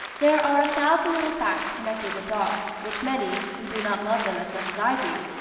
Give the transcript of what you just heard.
there are a thousand little facts connected with dogs, which many, who do not love them as much as i do,